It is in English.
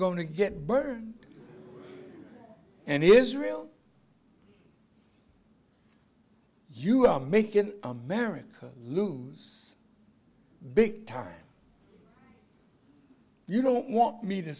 to get burned and israel you are making america lose big time you don't want me to